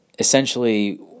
essentially